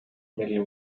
million